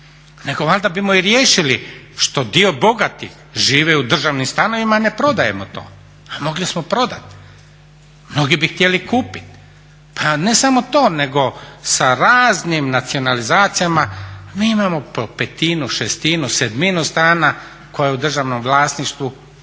nego valjda bimo i riješili što dio bogatih žive u državnim stanovima, a ne prodajemo to, a mogli smo prodati. Mnogi bi htjeli kupiti. Pa ne samo to nego sa raznim nacionalizacijama mi imamo petinu, šestinu, sedminu stana koja je u državnom vlasništvu,